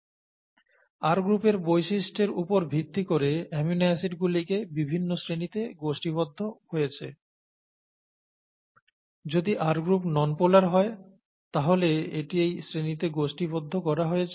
R গ্রুপের বৈশিষ্ট্যের উপর ভিত্তি করে অ্যামিনো অ্যাসিডগুলিকে বিভিন্ন শ্রেণীতে গোষ্ঠীবদ্ধ হয়েছেl যদি R গ্রুপ নন পোলার হয় তাহলে এটি এই শ্রেণীতে গোষ্ঠীবদ্ধ করা হয়েছে